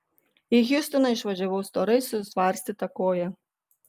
į hjustoną išvažiavau storai sutvarstyta koja